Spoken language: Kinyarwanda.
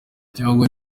cyangwa